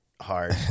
hard